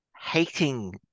hating